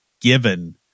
given